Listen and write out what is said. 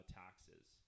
taxes